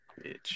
Bitch